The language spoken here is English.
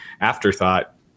afterthought